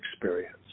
experience